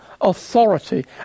authority